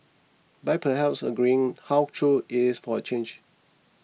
by perhaps agreeing how true it is for a change